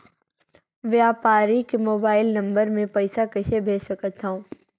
व्यापारी के mobile number मे पईसा कइसे भेज सकथव?